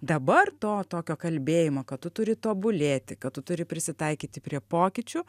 dabar to tokio kalbėjimo kad tu turi tobulėti kad tu turi prisitaikyti prie pokyčių